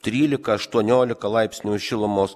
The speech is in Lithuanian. trylika aštuoniolika laipsnių šilumos